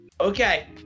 Okay